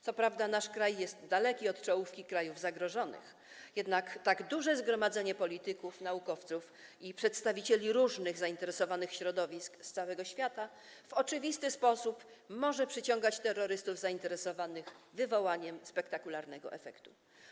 Co prawda nasz kraj jest daleki od czołówki krajów zagrożonych, jednak tak duże zgromadzenie polityków, naukowców i przedstawicieli różnych zainteresowanych środowisk z całego świata w oczywisty sposób może przyciągać terrorystów zainteresowanych wywołaniem spektakularnego efektu.